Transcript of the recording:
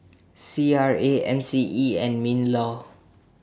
C R A M C E and MINLAW